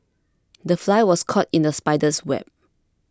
the fly was caught in the spider's web